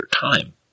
time